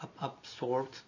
absorbed